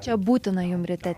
čia būtina jum ryte